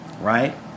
right